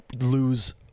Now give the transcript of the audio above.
lose